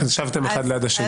ישבתם אחד ליד השני.